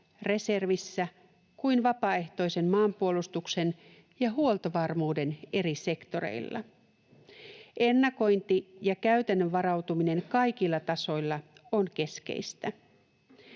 reservissä kuin vapaaehtoisen maanpuolustuksen ja huoltovarmuuden eri sektoreilla. Ennakointi ja käytännön varautuminen kaikilla tasoilla on keskeistä.